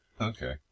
Okay